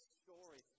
story